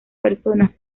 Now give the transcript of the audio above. personas